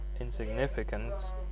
insignificant